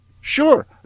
Sure